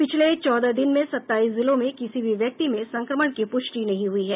पिछले चौदह दिन में सत्ताईस जिलों में किसी भी व्यक्ति में संक्रमण की पुष्टि नहीं हुई है